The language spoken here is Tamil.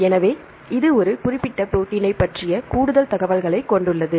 எனவே இது ஒரு குறிப்பிட்ட ப்ரோடீனைப் பற்றிய கூடுதல் தகவல்களைக் கொண்டுள்ளது